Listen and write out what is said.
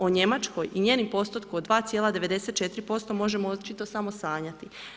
O Njemačkoj i njenom postotku od 2,94% možemo očito samo sanjati.